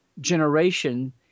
generation